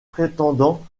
prétendant